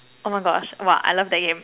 oh my gosh !wah! I love that game